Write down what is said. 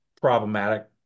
problematic